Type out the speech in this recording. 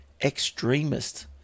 extremist